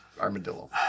armadillo